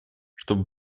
чтобы